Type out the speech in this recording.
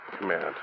command